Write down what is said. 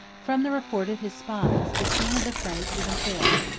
from the report of his spies, the king of the franks was informed,